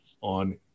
on